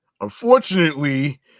unfortunately